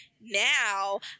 now